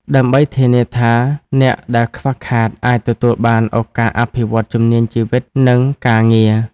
ដើម្បីធានាថាអ្នកដែលខ្វះខាតអាចទទួលបានឱកាសអភិវឌ្ឍជំនាញជីវិត និងការងារ។